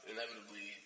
Inevitably